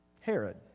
Herod